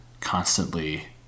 constantly